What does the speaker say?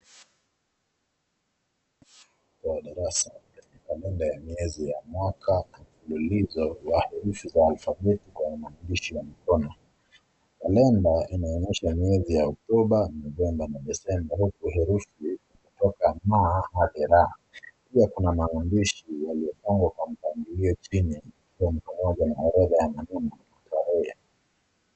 La darasani. Lina muda ya miezi ya mwaka, lilizo ya waherufi za alfabeti kwa maandishi ya mkono. Kalenda inaonyesha miezi ya Oktoba, Novemba na Disemba, huku herufi zikitoka ma hadi ra. Pia kuna maandishi yaliyopangwa kwa mpangilio chini ikiwemo pamoja na orodha ya maneno na tarehe.